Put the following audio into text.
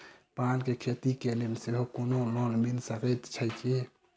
पान केँ खेती केँ लेल सेहो कोनो लोन मिल सकै छी की?